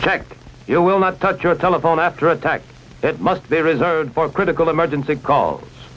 tech you will not touch your telephone after attack it must be reserved for critical emergency call